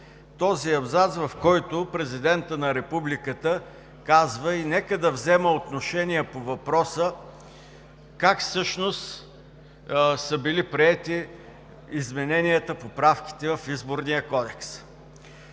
този абзац, в който Президентът на Републиката казва: „И нека да взема отношение по въпроса как всъщност са били приети измененията, поправките в Изборния кодекс.